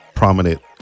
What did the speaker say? Prominent